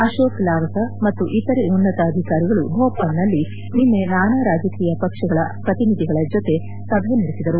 ಅರೋಕ ಲಾವಸ ಮತ್ತು ಇತರೆ ಉನ್ನತ ಅಧಿಕಾರಿಗಳು ಬೋಪಾಲ್ನಲ್ಲಿ ನಿನ್ನೆ ನಾನಾ ರಾಜಕೀಯ ಪಕ್ಷಗಳ ಪ್ರತಿನಿಧಿಗಳ ಜೊತೆ ಸಭೆ ನಡೆಸಿದರು